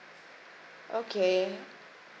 okay